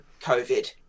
COVID